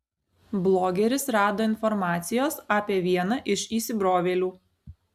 blogeris rado informacijos apie vieną iš įsibrovėlių